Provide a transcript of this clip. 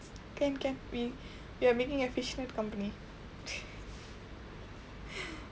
can can we we are making a fish net company